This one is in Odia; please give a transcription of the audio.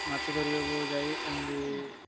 ମାଛ ଧରିବାକୁ ଯାଇ ଏମିତି